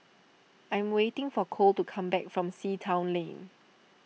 I am waiting for Kole to come back from Sea Town Lane